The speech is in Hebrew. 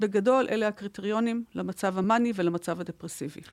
בגדול אלה הקריטריונים למצב המאני ולמצב הדפרסיבי.